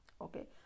okay